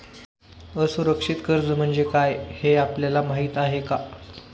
असुरक्षित कर्ज म्हणजे काय हे आपल्याला माहिती आहे का?